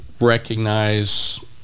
recognize